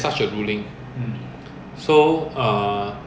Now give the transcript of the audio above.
so now they are selling those cars